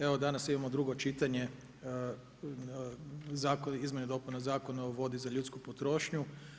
Evo danas imamo drugo čitanje izmjena i dopuna Zakona o vodi za ljudsku potrošnju.